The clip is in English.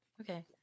Okay